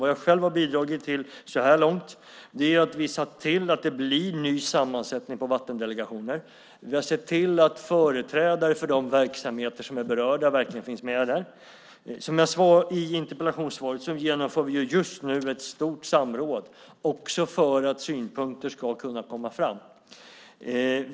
Det jag själv har bidragit till så här långt är att vi har sett till att det blir en ny sammansättning på vattendelegationer. Vi har sett till att företrädare för de verksamheter som är berörda verkligen finns med där. Som jag sade i interpellationssvaret genomför vi just nu ett stort samråd för att synpunkter ska kunna komma fram.